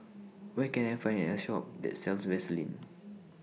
Where Can I Find A Shop that sells Vaselin